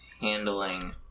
handling